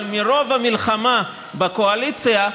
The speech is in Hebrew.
אבל מרוב המלחמה בקואליציה,